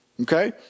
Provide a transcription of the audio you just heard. okay